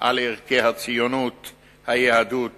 על ערכי הציונות, היהדות